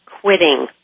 quitting